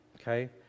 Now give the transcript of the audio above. okay